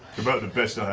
about the best